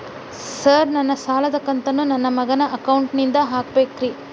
Sir ನನ್ನ ಸಾಲದ ಕಂತನ್ನು ನನ್ನ ಮಗನ ಅಕೌಂಟ್ ನಿಂದ ಹಾಕಬೇಕ್ರಿ?